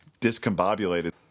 discombobulated